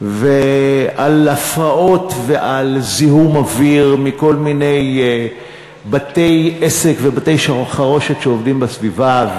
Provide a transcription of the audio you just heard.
על הפרעות ועל זיהום אוויר מכל מיני בתי-עסק ובתי-חרושת שעובדים בסביבה,